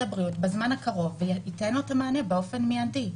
הבריאות בזמן הקרוב וייתן לו את המענה באופן מיידי.